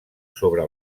sobre